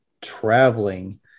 traveling